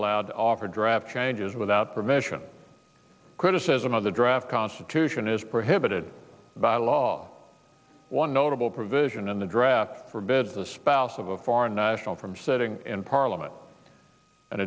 allowed to offer a draft changes without permission criticism of the draft constitution is prohibited by law one notable provision in the draft forbid the spouse of a foreign national from sitting in parliament